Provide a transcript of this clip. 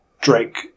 Drake